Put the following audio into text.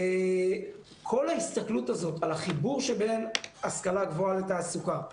כל ההסתכלות הזאת על החיבור שבין השכלה גבוהה לתעסוקה,